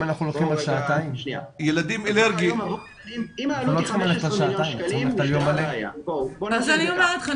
אם העלות היא 15 מיליון שקלים --- אז אני אומרת לך,